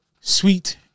Sweet